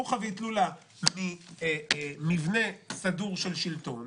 חוכא ואיטלולא ממבנה סדור של שלטון.